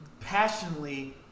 passionately